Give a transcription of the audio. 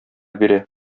бирә